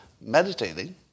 meditating